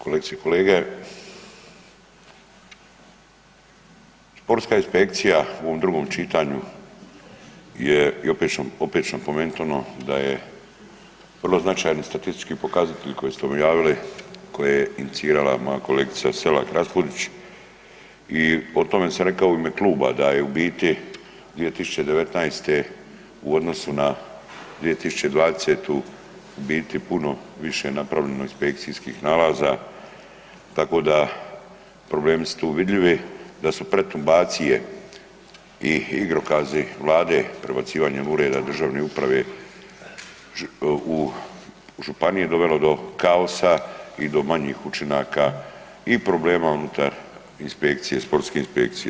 Kolegice i kolege, sportska inspekcija u ovom drugom čitanju je i opet ću napomenut ono da je vrlo značajni statistički pokazatelj koji ste objavili koje je inicirala moja kolegica Selak Raspudić i o tome sam rekao u ime kluba da je u biti 2019. u odnosu 2020. u biti puno više napravljeno inspekcijskih nalaza, tako da problemi su tu vidljivi, da su pretumbacije i igrokazi Vlade prebacivanjem ureda državne uprave u županije dovelo do kaosa i do manjih učinaka i problema unutar inspekcije, sportske inspekcije.